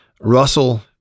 Russell